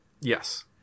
yes